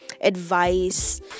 advice